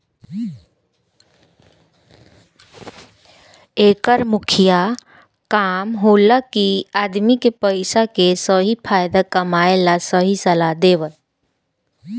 एकर मुख्य काम होला कि आदमी के पइसा के सही फायदा कमाए ला सही सलाह देवल